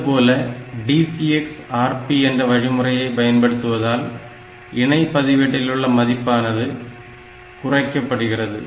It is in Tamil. அதுபோல DCX Rp என்ற வழிமுறையை பயன்படுத்துவதால் இணை பதிவேட்டிலுள்ள மதிப்பானது குறைக்கப்படுகிறது